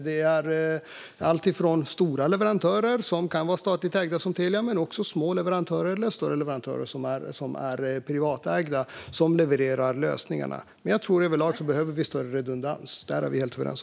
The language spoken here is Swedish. Det är alltifrån stora statligt ägda leverantörer, som Telia, till små och stora privatägda leverantörer som levererar lösningarna. Jag tror att vi överlag behöver större redundans. Där är vi helt överens.